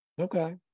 Okay